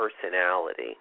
personality